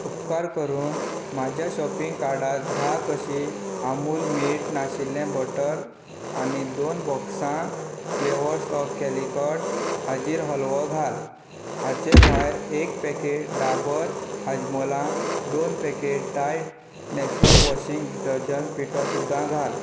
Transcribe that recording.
उपकार करून म्हाज्या शॉपींग कार्टांत धा कशी अमूल मीठ नाशिल्लें बटर आनी दोन बॉक्सां फ्लेवर्स ऑफ कॅलीकट हाजीर हलवो घाल हाचे भायर एक पॅकेट डाबर हाजमोला दोन packet Tide naturals washing detergent पिठो सुद्दां घाल